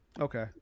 Okay